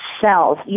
cells